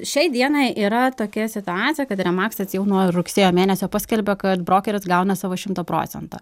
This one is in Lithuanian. šiai dienai yra tokia situacija kad remaksas jau nuo rugsėjo mėnesio paskelbė kad brokeris gauna savo šimto procentą